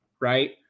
Right